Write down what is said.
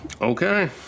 Okay